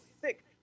sick